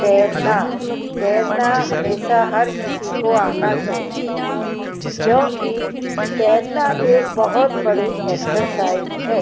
तैरना तैरना हमेशा हर किसी को आना चाहिए क्योंकि तैरना एक बहुत बड़ी एक्सरसाइज़ है